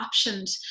optioned